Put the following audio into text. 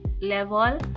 level